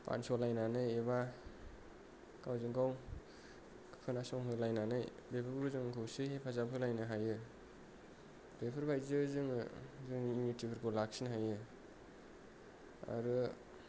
बानस' लायनानै एबा गावजों गाव खोनासं होलाय लायनानै बेफोरखौ जों खौसेयै हेफाजाब होलायनो हायो बेफोरबायदिजों जोङो जोंनि यूनिटिफोरखौ लाखिनो हायो आरो